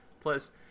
plus